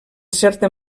certa